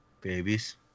Babies